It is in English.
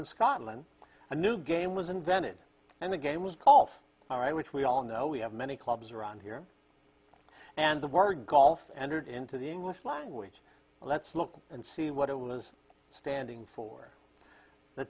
in scotland a new game was invented and the game was gulf alright which we all know we have many clubs around here and the word golf entered into the english language let's look and see what it was standing for the